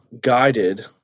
guided